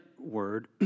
word